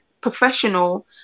professional